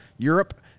Europe